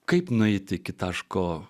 kaip nueiti iki taško